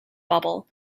bubble